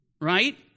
right